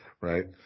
Right